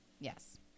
Yes